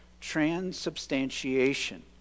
transubstantiation